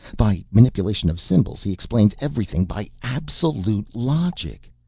by manipulation of symbols he explains everything by absolute logic.